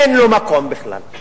אין לו מקום בכלל.